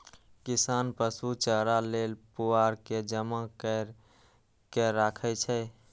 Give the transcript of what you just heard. किसान पशु चारा लेल पुआर के जमा कैर के राखै छै